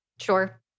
Sure